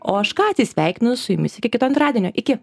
o aš ką atsisveikinu su jumis iki kito antradienio iki